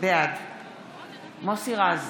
בעד מוסי רז,